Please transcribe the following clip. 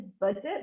budget